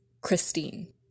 Christine